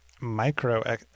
micro